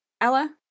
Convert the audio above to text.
Ella